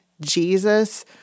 Jesus